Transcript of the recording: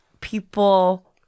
people